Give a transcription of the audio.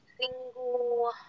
single